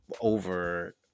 over